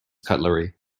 cutlery